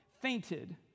fainted